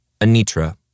Anitra